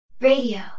Radio